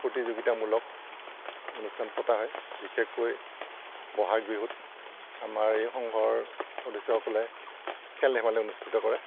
প্ৰতিযোগিতামূলক অনুষ্ঠান পতা হয় বিশেষকৈ বহাগ বিহুত আমাৰ এই সংঘৰ পদশ্যসকলে খেল ধেমালি অনুষ্ঠিত কৰে